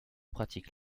pratique